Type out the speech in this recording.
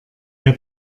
der